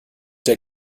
der